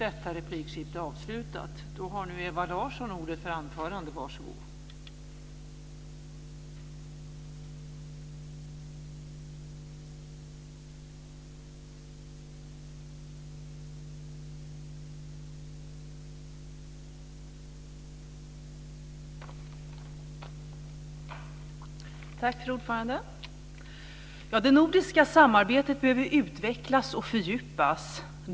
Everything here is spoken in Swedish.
Fru talman! Det nordiska samarbetet behöver utvecklas och fördjupas.